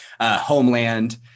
homeland